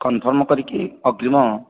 confirm କରିକି ଅଗ୍ରୀମ